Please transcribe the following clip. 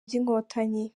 by’inkotanyi